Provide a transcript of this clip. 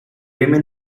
remain